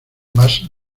más